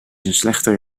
slechte